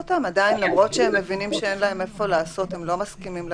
ולמרות שהם מבינים שאין להם איפה לעשות בידוד,